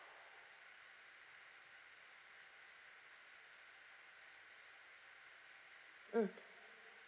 mm